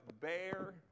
Bear